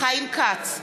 חיים כץ,